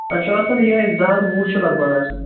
اَتھ چھُ آسان یِہٕے زٕ ہَتھ وُہ چھُ لگ بَگ آسان